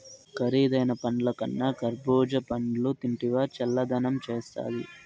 కరీదైన పండ్లకన్నా కర్బూజా పండ్లు తింటివా చల్లదనం చేస్తాది